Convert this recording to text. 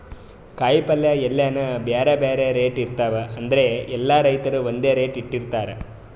ಕಾಯಿಪಲ್ಯ ಎಲ್ಲಾನೂ ಬ್ಯಾರೆ ಬ್ಯಾರೆ ರೇಟ್ ಇರ್ತವ್ ಆದ್ರ ಎಲ್ಲಾ ರೈತರ್ ಒಂದ್ ರೇಟ್ ಇಟ್ಟಿರತಾರ್